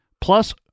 Plus